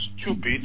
stupid